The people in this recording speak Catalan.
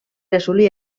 assolir